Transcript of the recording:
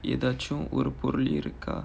எதாச்சும் ஒரு பொருள் இருக்கா:edaachum oru porul irukkaa